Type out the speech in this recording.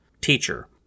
teacher